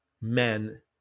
men